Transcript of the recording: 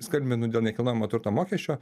skambinu dėl nekilnojamo turto mokesčio